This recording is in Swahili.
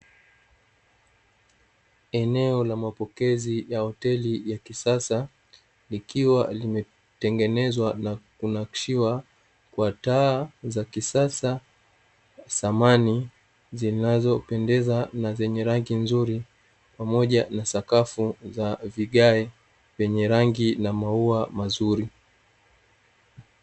Eneo la mapokezi ya hoteli ya kisasa, likiwa limetengenezwa na kunakshiwa kwa: taa za kisasa, samani zinazopendeza na zenye rangi nzuri, pamoja na sakafu ya vigae yenye rangi na maua mazuri.